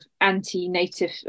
anti-native